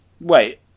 Wait